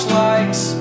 likes